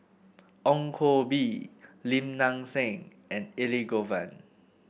Ong Koh Bee Lim Nang Seng and Elangovan